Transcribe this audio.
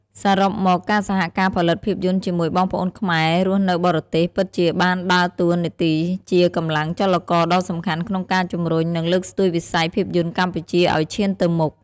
សរុបមក ការសហការផលិតភាពយន្តជាមួយបងប្អូនខ្មែររស់នៅបរទេស ពិតជាបានដើរតួនាទីជា កម្លាំងចលករដ៏សំខាន់ ក្នុងការជំរុញ និងលើកស្ទួយវិស័យភាពយន្តកម្ពុជាឱ្យឈានទៅមុខ។